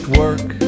work